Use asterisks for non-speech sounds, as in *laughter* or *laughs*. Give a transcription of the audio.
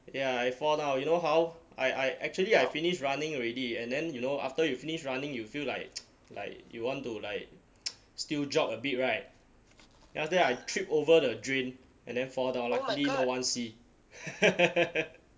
ya I fall down you know how I I actually I finished running already and then you know after you finish running you feel like *noise* like you want to like *noise* still jog a bit [right] then after that I tripped over the drain and then fall down luckily no one see *laughs*